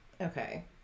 okay